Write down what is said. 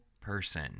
person